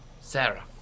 Sarah